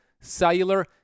cellular